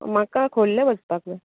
म्हाका खोल्ले वचपाक जाय